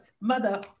Mother